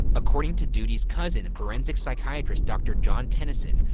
according to doodie's cousin, and forensic psychiatrist dr. john tennison,